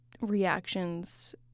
reactions